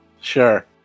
Sure